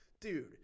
Dude